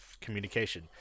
communication